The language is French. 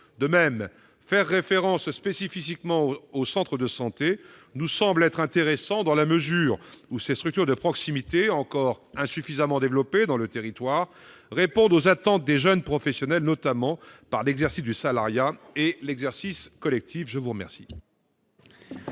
De même, faire référence expressément aux centres de santé nous semble intéressant, dans la mesure où ces structures de proximité, encore insuffisamment développées sur le territoire, répondent aux attentes des jeunes professionnels, en permettant notamment le salariat et l'exercice collectif. Quel